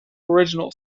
original